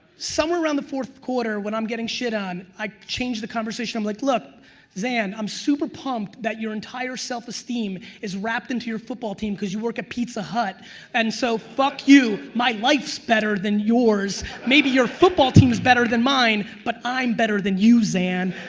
somewhere around the fourth quarter when i'm getting shit on, i change the conversation i'm like look zan, i'm super pumped that your entire self esteem is wrapped into your football team because you work at pizza hut and so fuck you my life's better than yours maybe your football team is better than mine but i'm better than you zan.